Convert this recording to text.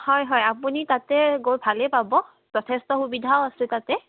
হয় হয় আপুনি তাতে গৈ ভালেই পাব যথেষ্ট সুবিধাও আছে তাতে